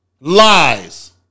Lies